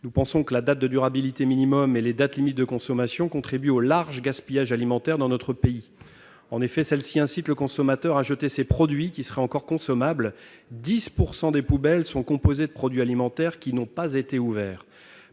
Nous pensons que la date de durabilité minimale et les dates limites de consommation contribuent au large du gaspillage alimentaire dans notre pays, en incitant le consommateur à jeter des produits qui seraient encore consommables. On trouve dans nos poubelles 10 % de produits alimentaires qui n'ont pas été ouverts.